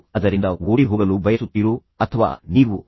ನೀವು ಅದರಿಂದ ಓಡಿಹೋಗಲು ಬಯಸುತ್ತೀರೋ ಅಥವಾ ನೀವು ಅದನ್ನು ಮಾಡಲು ಬಯಸುತ್ತೀರೋ